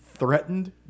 Threatened